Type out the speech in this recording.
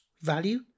value